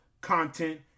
content